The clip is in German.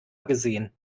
gesehen